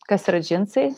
kas yra džinsai